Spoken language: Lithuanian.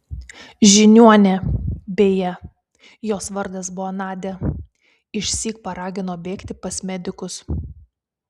žiniuonė beje jos vardas buvo nadia išsyk paragino bėgti pas medikus